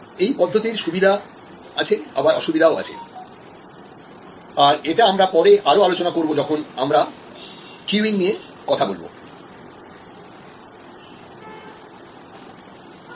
এই পদ্ধতির সুবিধা ও আছে আবার অসুবিধাও আছে আর এটা আমরা পরে আরও আলোচনা করব যখন আমরা queuing নিয়ে কথা বলবো